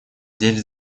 деле